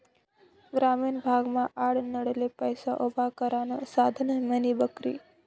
ग्रामीण भागमा आडनडले पैसा उभा करानं साधन म्हंजी बकरी